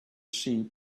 sheep